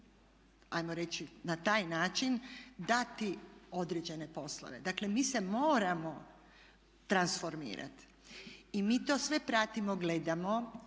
ajmo reći na taj način dati određene poslove. Dakle, mi se moramo transformirati i mi to sve pratimo, gledamo,